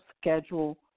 schedule